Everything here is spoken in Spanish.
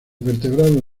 vertebrados